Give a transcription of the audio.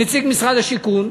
נציג משרד השיכון,